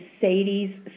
Sadie's